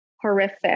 horrific